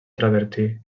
travertí